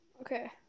Okay